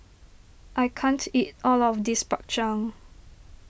I can't eat all of this Bak Chang